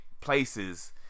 places